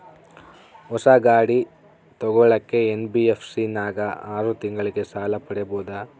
ಹೊಸ ಗಾಡಿ ತೋಗೊಳಕ್ಕೆ ಎನ್.ಬಿ.ಎಫ್.ಸಿ ನಾಗ ಆರು ತಿಂಗಳಿಗೆ ಸಾಲ ಪಡೇಬೋದ?